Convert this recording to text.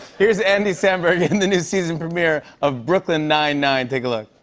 here's andy samberg in the new season premiere of brooklyn nine-nine. take a look.